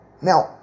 Now